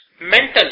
mentally